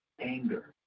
anger